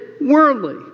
worldly